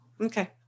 Okay